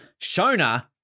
Shona